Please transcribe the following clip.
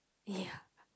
yeah